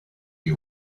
you